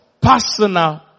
personal